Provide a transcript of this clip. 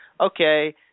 Okay